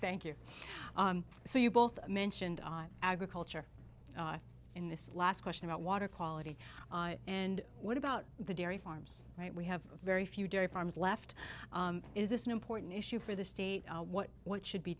thank you so you both mentioned on agriculture in this last question about water quality and what about the dairy farms right we have very few dairy farms left is this an important issue for the state what what should be